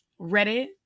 Reddit